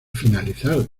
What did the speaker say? finalizar